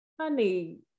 honey